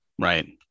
Right